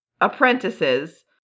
apprentices